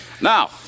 Now